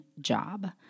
job